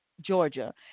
Georgia